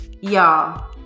y'all